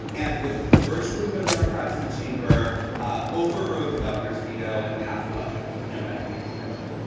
and with virtually no democrats in the chamber ah overrode the governor's veto and passed the budget with no medicaid expansion